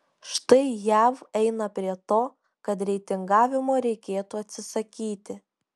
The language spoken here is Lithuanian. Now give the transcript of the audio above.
štai jav eina prie to kad reitingavimo reikėtų atsisakyti